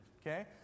Okay